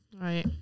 Right